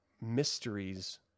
mysteries